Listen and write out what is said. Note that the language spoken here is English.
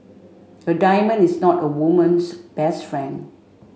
a diamond is not a woman's best friend